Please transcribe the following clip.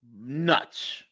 Nuts